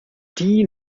die